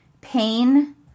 pain